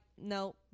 no